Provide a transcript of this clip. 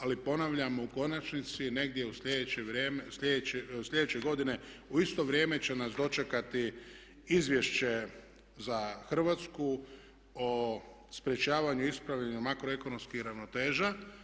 Ali ponavljam u konačnici negdje sljedeće godine u isto vrijeme će nas dočekati izvješće za Hrvatsku o sprječavanju i ispravljanju makroekonomskih ravnoteža.